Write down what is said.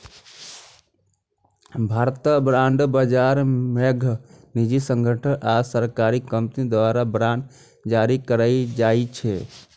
भारतक बांड बाजार मे पैघ निजी संगठन आ सरकारी कंपनी द्वारा बांड जारी कैल जाइ छै